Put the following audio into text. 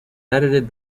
edited